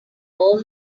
all